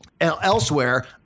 elsewhere